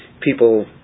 people